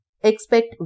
Expect